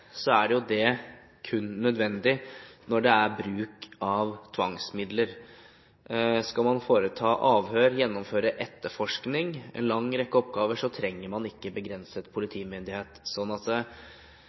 er det kun nødvendig når det er snakk om bruk av tvangsmidler. Skal man foreta avhør, gjennomføre etterforskning – en lang rekke oppgaver – trenger man ikke begrenset